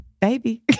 baby